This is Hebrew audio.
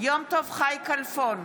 יום טוב חי כלפון,